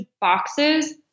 boxes